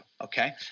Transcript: Okay